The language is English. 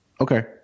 Okay